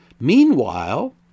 Meanwhile